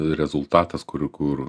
rezultatas kurių kur